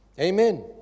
Amen